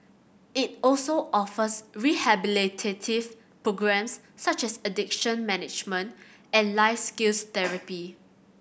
it also offers rehabilitative programmes such as addiction management and life skills therapy